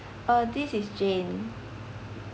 uh this is jane